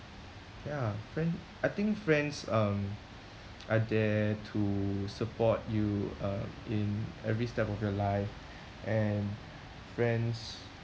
ya friend I think friends um are there to support you uh in every step of your life and friends